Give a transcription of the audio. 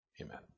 Amen